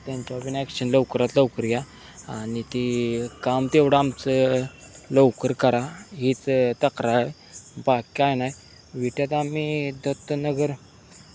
त्यांच्यावर बीन ॲक्शन लवकरात लवकर घ्या आणि ती काम तेवढं आमचं लवकर करा हीच तक्रार बाकी काय नाय विट्यात आम्ही दत्तनगर